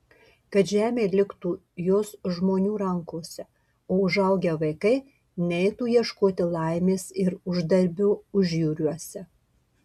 kad žemė liktų jos žmonių rankose o užaugę vaikai neitų ieškoti laimės ir uždarbio užjūriuose